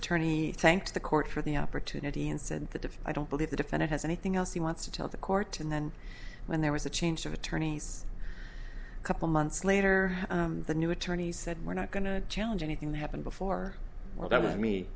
attorney thanked the court for the opportunity and said that if i don't believe the defendant has anything else he wants to tell the court and then when there was a change of attorneys a couple months later the new attorney said we're not going to challenge anything that happened before